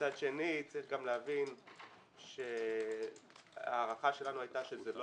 מצד שני צריך גם להבין שההערכה שלנו הייתה שזה לא